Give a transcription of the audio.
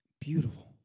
Beautiful